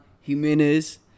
Jimenez